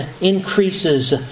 increases